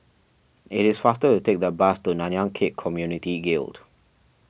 it is faster to take the bus to Nanyang Khek Community Guild